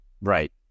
Right